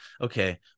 okay